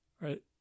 right